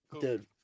Dude